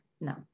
No